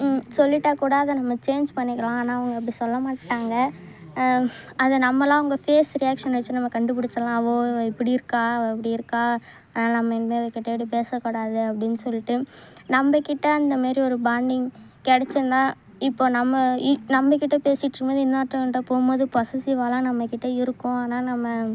சொல்லிட்டால் கூட அதை நம்ம சேஞ் பண்ணிக்கலாம் ஆனால் அப்படி சொல்ல மாட்டாங்க அதை நம்மளால் அவங்க ஃபேஸ் ரியாக்ஷன் வச்சி நம்ம கண்டுபிடிச்சிட்லாம் ஓ இவ இப்படி இருக்கா அப்படி இருக்கா நம்ம இனிமேல் இவக்கிட்ட இப்படி பேசக் கூடாது அப்படின் சொல்லிட்டு நம்ம கிட்ட அந்த மாரி ஒரு பாண்டிங் கிடைச்சிருந்தா இப்போ நம்ம ஈ நம்ம கிட்ட பேசிகிட்ருக்கும் போது இன்னோர்த்தவங்ககிட்ட போகும்போது பொசஸ்ஸிவ்வாலாம் நம்ம கிட்ட இருக்கும் ஆனால் நம்ம